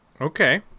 Okay